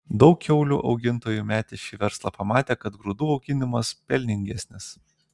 daug kiaulių augintojų metė šį verslą pamatę kad grūdų auginimas pelningesnis